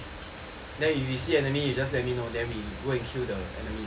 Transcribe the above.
then if you will see enemy you just let me know them we go and kill the enemy